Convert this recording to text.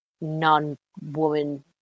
non-woman